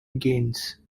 gains